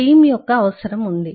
team యొక్క అవసరం ఉంది